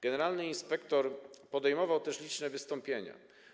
Generalny inspektor podejmował też liczne wystąpienia.